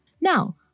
Now